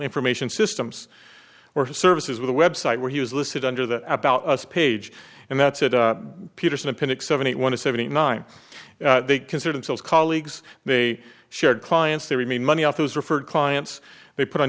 information systems or services with a website where he was listed under the about us page and that said peterson appendix seventy one to seventy nine they consider themselves colleagues they shared clients they remain money off those referred clients they put on